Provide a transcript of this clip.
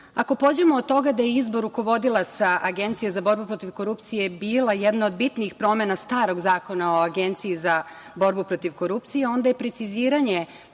pođemo od toga da je izbor rukovodilaca Agencije za borbu protiv korupcije bila jedna od bitnih promena starog Zakona o Agenciji za borbu protiv korupcije, onda je preciziranje